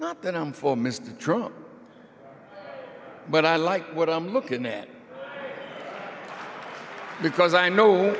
not that i'm for mr trump but i like what i'm looking at because i know